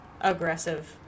aggressive